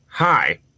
Hi